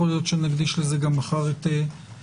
יכול להיות שנקדיש לזה גם מחר את פגישתנו.